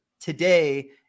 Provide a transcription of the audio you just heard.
today